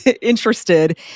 interested